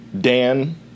Dan